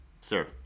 Sir